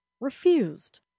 refused